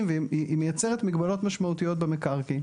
והיא מייצרת מגבלות משמעותיות במקרקעין.